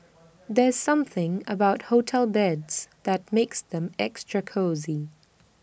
there's something about hotel beds that makes them extra cosy